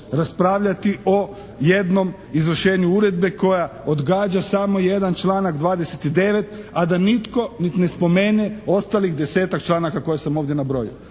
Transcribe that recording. raspravljati o jednom izvršenju uredbe koja odgađa samo jedan članak 29. a da nitko niti ne spomene ostalih 10-ak članaka koje sam ovdje nabrojio.